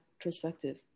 perspective